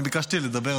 אני ביקשתי לדבר,